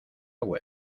web